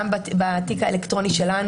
בתיק האלקטרוני שלנו,